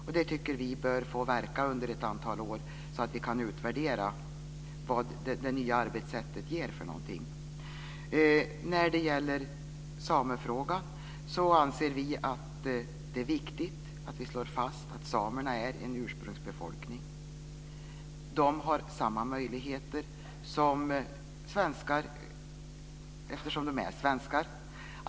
Vi tycker att detta bör få verka under ett antal år, så att vi kan utvärdera vad det nya arbetssättet ger. I samefrågan anser vi att det är viktigt att slå fast att samerna är en ursprungsbefolkning. De har samma möjligheter som andra svenskar - de är ju svenska medborgare.